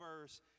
verse